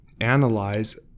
analyze